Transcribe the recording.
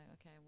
okay